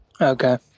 Okay